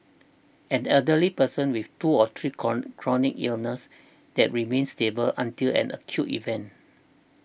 an elderly person with two or three chron chronic illnesses that remain stable until an acute event